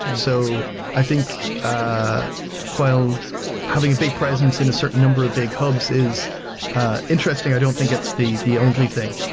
so i think ah while having a big presence in a certain number of big hubs is interesting. i don't think it's the the only thing.